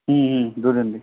হুম হুম দুদিন থেকে